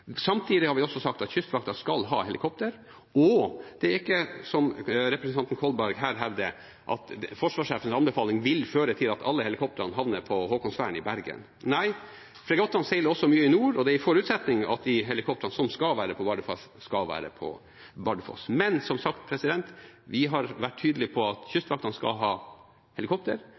Samtidig har vi også sagt at Kystvakten skal ha helikopter. Og det er ikke slik som representanten Kolberg her hevder, at forsvarssjefens anbefaling vil føre til at alle helikoptrene havner på Haakonsvern i Bergen. Nei, fregattene seiler også mye i nord, og det er en forutsetning at de helikoptrene som skal være på Bardufoss, skal være på Bardufoss. Men som sagt: Vi har vært tydelige på at Kystvakten skal ha helikopter,